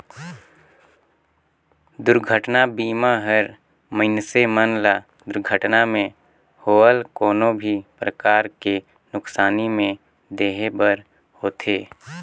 दुरघटना बीमा हर मइनसे मन ल दुरघटना मे होवल कोनो भी परकार के नुकसानी में देहे बर होथे